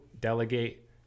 delegate